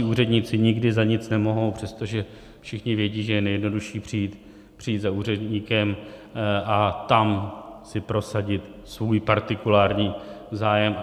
Úředníci nikdy za nic nemohou, přestože všichni vědí, že je nejjednodušší přijít za úředníkem a tam si prosadit svůj partikulární zájem.